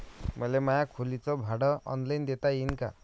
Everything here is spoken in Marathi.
मले माया खोलीच भाड ऑनलाईन देता येईन का?